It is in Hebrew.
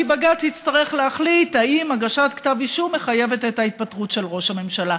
כי בג"ץ יצטרך להחליט אם הגשת כתב אישום מחייבת התפטרות של ראש הממשלה.